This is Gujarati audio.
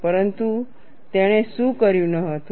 પરંતુ તેણે શું કર્યું ન હતું